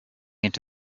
into